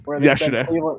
Yesterday